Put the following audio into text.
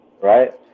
right